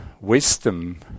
wisdom